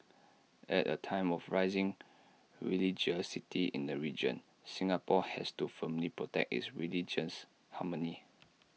at A time of rising religiosity in the region Singapore has to firmly protect its religious harmony